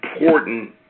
important